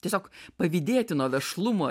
tiesiog pavydėtino vešlumo